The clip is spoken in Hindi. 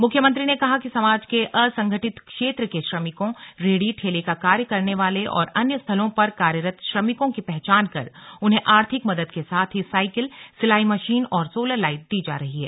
मुख्यमंत्री ने कहा कि समाज के असंगठित क्षेत्र के श्रमिकों रेहड़ी ठेले का कार्य करने वाले और अन्य स्थलों पर कार्यरत श्रमिकों की पहचान कर उन्हें आर्थिक मदद के साथ ही साइकिल सिलाई मशीन और सोलर लाइट दी जा रही है